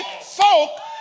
folk